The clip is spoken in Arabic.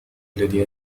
الذي